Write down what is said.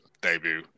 debut